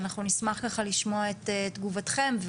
נשמח לשמוע את תגובתכם.